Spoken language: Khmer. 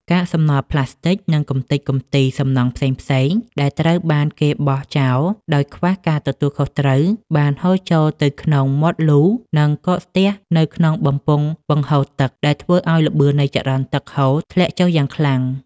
កាកសំណល់ប្លាស្ទិក និងកម្ទេចកម្ទីសំណង់ផ្សេងៗដែលត្រូវបានគេបោះចោលដោយខ្វះការទទួលខុសត្រូវ បានហូរចូលទៅក្នុងមាត់លូ និងកកស្ទះនៅក្នុងបំពង់បង្ហូរទឹក ដែលធ្វើឱ្យល្បឿននៃចរន្តទឹកហូរធ្លាក់ចុះយ៉ាងខ្លាំង។